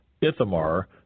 Ithamar